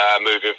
moving